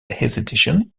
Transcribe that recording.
hesitation